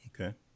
Okay